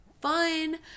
fun